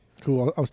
Cool